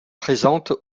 présente